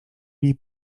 niej